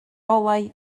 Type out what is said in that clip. olau